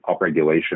upregulation